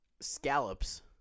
scallops